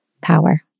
power